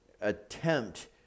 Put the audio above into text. attempt